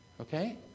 Okay